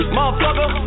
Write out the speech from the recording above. Motherfucker